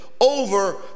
over